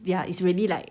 their is really like